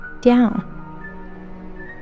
down